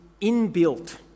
inbuilt